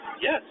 Yes